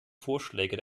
vorschläge